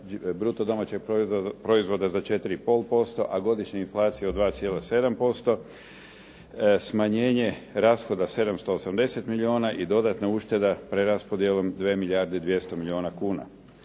bruto domaćeg proizvoda za 4 i pol posto, a godišnje inflacije od 2,7%, smanjenje rashoda 780 milijuna i dodatna ušteda preraspodjelom 2 milijarde i 200 milijuna kuna.